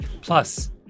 Plus